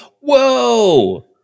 whoa